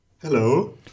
Hello